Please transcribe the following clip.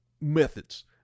methods